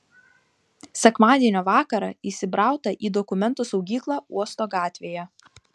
sekmadienio vakarą įsibrauta į dokumentų saugyklą uosto gatvėje